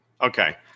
Okay